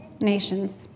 nations